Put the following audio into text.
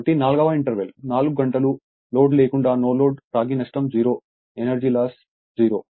కాబట్టి నాల్గవ ఇంటర్వెల్ 4 గంటలు లోడ్ లేకుండా నో లోడ్ రాగి నష్టం 0 ఎనర్జీ లాస్ 0